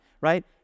right